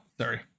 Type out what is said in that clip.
sorry